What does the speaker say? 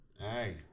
Hey